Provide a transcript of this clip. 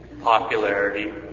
popularity